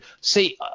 see